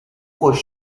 خوش